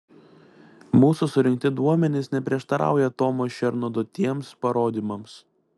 mūsų surinkti duomenys neprieštarauja tomo šerno duotiems parodymams